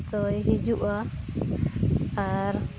ᱛᱚᱭ ᱦᱤᱡᱩᱜᱼᱟ ᱟᱨ